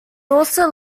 also